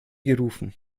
gerufen